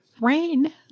Rain